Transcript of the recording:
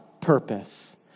purpose